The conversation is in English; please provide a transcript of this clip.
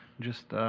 just